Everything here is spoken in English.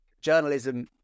journalism